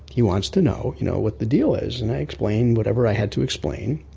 he wants to know, you know, what the deal is and i explain whatever i had to explain,